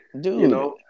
Dude